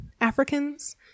Africans